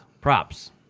Props